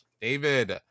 David